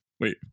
Wait